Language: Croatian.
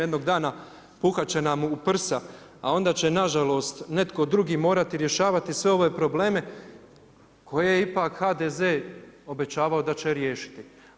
Jednog dana puhat će nam u prsa, a onda će na žalost netko drugi morati rješavati sve ove probleme koje je ipak HDZ obećavao da će riješiti.